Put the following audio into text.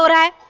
i